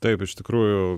taip iš tikrųjų